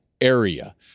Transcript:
area